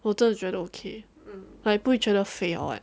我真的觉得 okay like 不会觉得肥 or what